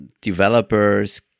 developers